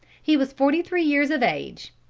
he was forty-three years of age.